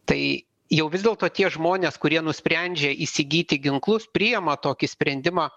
tai jau vis dėlto tie žmonės kurie nusprendžia įsigyti ginklus priima tokį sprendimą